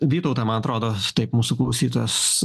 vytautą man atrodo taip mūsų klausytojas